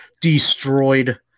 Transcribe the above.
destroyed